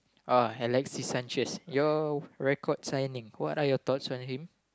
uh I like see Sanchez your record signing what are your thoughts on him